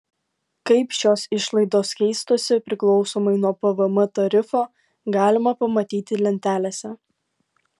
kaip šios išlaidos keistųsi priklausomai nuo pvm tarifo galima pamatyti lentelėse